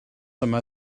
yma